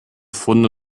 funde